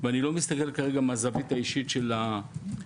ואני לא מסתכל כרגע מהזווית האישית של החברים